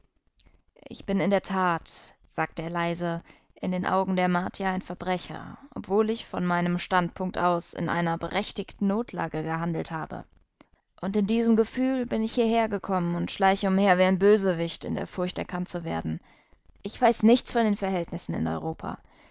ich bin in der tat sagte er leise in den augen der martier ein verbrecher obwohl ich von meinem standpunkt aus in einer berechtigten notlage gehandelt habe und in diesem gefühl bin ich hierhergekommen und schleiche umher wie ein bösewicht in der furcht erkannt zu werden ich weiß nichts von den verhältnissen in europa